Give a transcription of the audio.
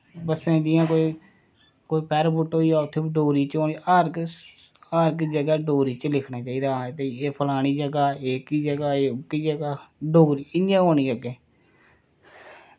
बस्सें जियां कोई पैराफुट्ट होऐ उत्थें बी ड़ोगरी होनी चाहिदी हर इक्क जगह डोगरी च लिखना चाहिदा एह् फलानी जगह एह् एहकी जगह एह् डोगरी इंया होनी अग्गै